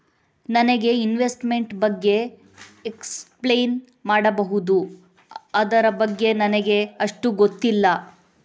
ನನಗೆ ಇನ್ವೆಸ್ಟ್ಮೆಂಟ್ ಬಗ್ಗೆ ಎಕ್ಸ್ಪ್ಲೈನ್ ಮಾಡಬಹುದು, ಅದರ ಬಗ್ಗೆ ನನಗೆ ಅಷ್ಟು ಗೊತ್ತಿಲ್ಲ?